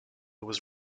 was